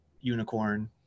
unicorn